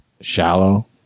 shallow